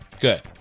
Good